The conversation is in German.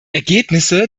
ergebnisse